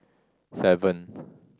seven